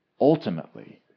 ultimately